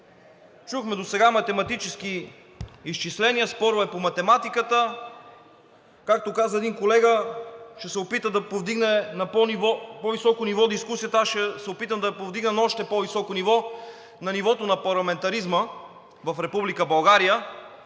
чухме досега математически изчисления, спорове по математиката. Както каза един колега, ще се опита да повдигне дискусията на по-високо ниво, аз ще се опитам да я повдигна на още по-високо ниво – на нивото на парламентаризма в Република България.